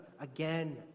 again